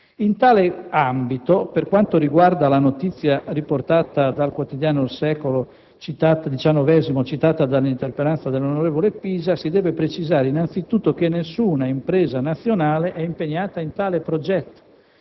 In tale ambito, per quanto riguarda la notizia riportata dal quotidiano «Il Secolo XIX», citata dall'interpellanza della senatrice Pisa, si deve precisare innanzitutto che nessuna impresa nazionale è impegnata nel progetto,